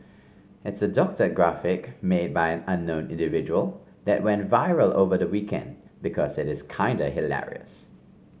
it's a doctored graphic made by an unknown individual that went viral over the weekend because it is kinda hilarious